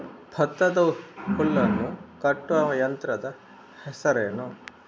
ಭತ್ತದ ಹುಲ್ಲನ್ನು ಕಟ್ಟುವ ಯಂತ್ರದ ಹೆಸರೇನು?